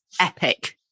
epic